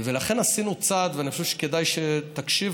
ולכן עשינו צעד, ואני חושב שכדאי שתקשיבו,